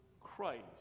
Christ